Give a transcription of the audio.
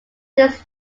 this